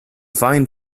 fine